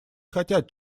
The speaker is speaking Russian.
хотят